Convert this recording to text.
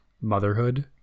motherhood